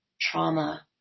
trauma